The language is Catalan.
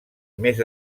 més